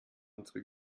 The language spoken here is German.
unsere